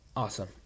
Awesome